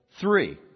three